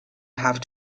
have